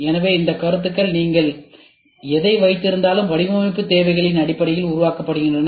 எனவே இந்த கருத்துக்கள் நீங்கள் எதை வைத்திருந்தாலும் வடிவமைப்பு தேவைகளின் அடிப்படையில் உருவாக்கப்படுகின்றன